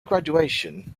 graduation